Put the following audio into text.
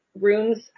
rooms